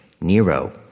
Nero